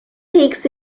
takes